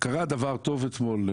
קרה דבר טוב אתמול: